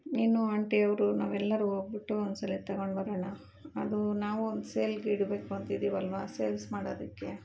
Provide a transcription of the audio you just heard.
ನೀನು ಆಂಟಿಯವರು ನಾವೆಲ್ಲರೂ ಹೋಗ್ಬಿಟ್ಟು ಒಂದ್ಸಲ ತಗೊಂಡ್ಬರೋಣ ಅದು ನಾವು ಒಂದು ಸೇಲ್ಗಿಡಬೇಕು ಅಂತಿದೀವಲ್ವ ಸೇಲ್ಸ್ ಮಾಡೋದಕ್ಕೆ